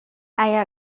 اگه